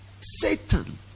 satan